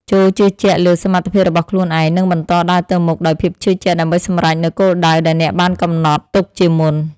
ចូរជឿជាក់លើសមត្ថភាពរបស់ខ្លួនឯង និងបន្តដើរទៅមុខដោយភាពជឿជាក់ដើម្បីសម្រេចនូវគោលដៅដែលអ្នកបានកំណត់ទុកជាមុន។